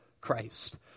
Christ